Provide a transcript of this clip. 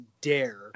dare